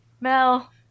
Mel